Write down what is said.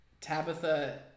Tabitha